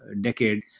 decade